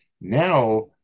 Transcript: Now